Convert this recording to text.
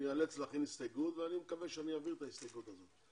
אני אאלץ להכין הסתייגות ואני מקווה שאני אעביר את ההסתייגות הזאת.